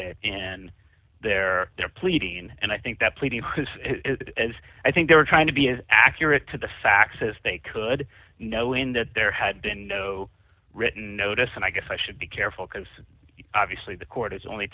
it and they're there pleading and i think that pleading has as i think they were trying to be as accurate to the facts as they could knowing that there had been no written notice and i guess i should be careful because obviously the court is only